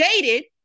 dated